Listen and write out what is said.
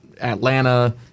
Atlanta